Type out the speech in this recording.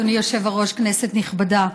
אדוני היושב-ראש, כנסת נכבדה,